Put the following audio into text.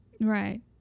Right